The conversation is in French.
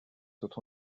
sont